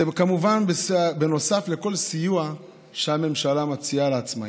זה כמובן בנוסף לכל סיוע שהממשלה מציעה לעצמאים.